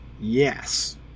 Yes